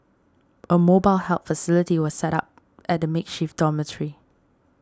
a mobile help facility was set up at the makeshift dormitory